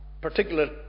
particular